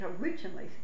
originally